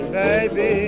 baby